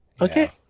Okay